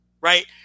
right